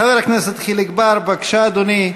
חבר הכנסת חיליק בר, בבקשה, אדוני.